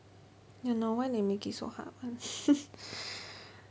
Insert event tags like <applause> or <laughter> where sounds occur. ya lor why they make it so hard [one] <laughs>